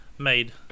Made